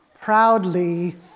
proudly